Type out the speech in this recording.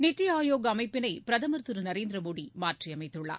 NITI Aayog அமைப்பினைபிரதமர் திருநரேந்திரமோடிமாற்றிஅமைத்துள்ளார்